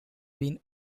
been